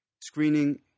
screening